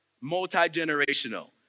multi-generational